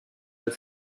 doit